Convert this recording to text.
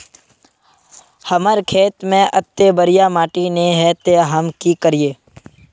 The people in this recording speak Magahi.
हमर खेत में अत्ते बढ़िया माटी ने है ते हम की करिए?